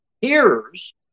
Hearers